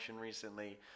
recently